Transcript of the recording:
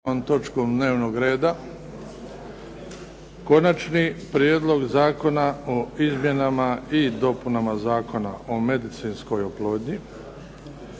točkom dnevnog reda 10. Konačni prijedlog Zakona o izmjenama i dopunama Zakona o medicinskoj oplodnji,